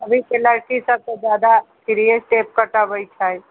अभीके लड़कीसभ तऽ ज्यादा थ्रीए स्टेप कटबैत छै